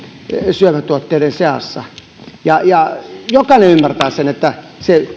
syömätuotteiden seassa ja ja jokainen ymmärtää sen että se